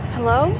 Hello